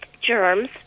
germs